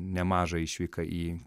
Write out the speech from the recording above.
nemažą išvyką į